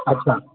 अच्छा